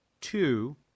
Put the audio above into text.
Two